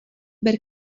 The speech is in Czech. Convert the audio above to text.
ber